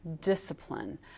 discipline